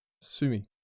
Sumi